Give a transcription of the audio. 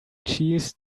cheese